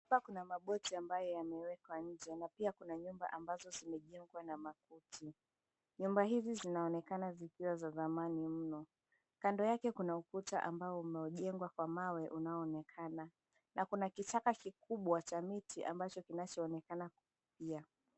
Hapa kuna maboti ambayo yamewekwa nje, na pia kuna nyumba ambazo zimejengwa na makuti. Nyumba hizi zinaonekana zikiwa za zamani mno. Kando yake kuna ukuta ambao umejengwa kwa mawe unaoonekana. Na kuna kichaka kikubwa cha miti ambacho kinachoonekana pia.